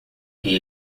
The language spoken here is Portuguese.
que